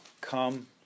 come